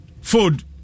Food